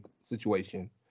situation